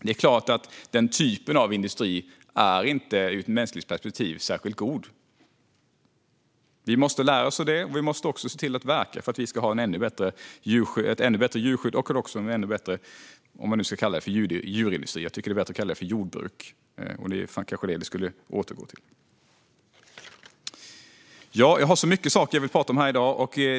Det är klart att ur ett mänskligt perspektiv är inte den typen av industri särskilt god. Vi måste lära oss av detta. Vi måste också verka för ett ännu bättre djurskydd och en ännu bättre djurindustri, om man nu ska kalla det för det. Jag tycker att det är bättre att kalla det för jordbruk, och det kanske är det vi borde återgå till. Det är så mycket som jag vill prata om här i dag.